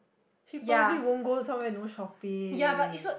he probably won't go somewhere no shopping